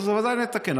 אז בוודאי נתקן.